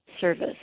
service